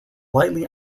lightly